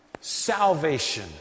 salvation